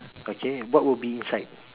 okay what will be inside